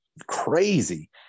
crazy